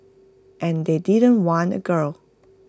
and they didn't want A girl